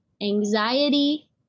anxiety